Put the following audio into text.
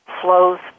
flows